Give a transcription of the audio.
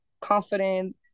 confident